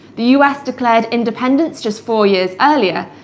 the us declared independence just four years earlier,